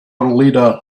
leader